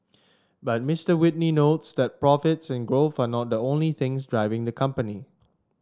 but Mister Whitney notes that profits and growth are not the only things driving the company